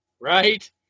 right